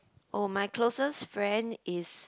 oh my closest friend is